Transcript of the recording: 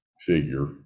figure